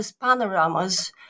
panoramas